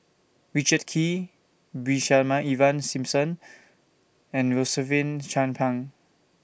Richard Kee Brigadier Ivan Simson and Rosaline Chan Pang